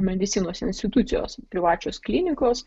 medicinos institucijos privačios klinikos